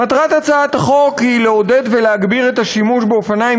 מטרת הצעת החוק היא לעודד ולהגביר את השימוש באופניים